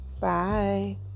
Bye